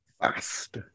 Fast